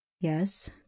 yes